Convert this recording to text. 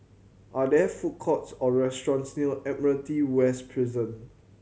are there food courts or restaurants near Admiralty West Prison